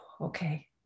okay